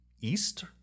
east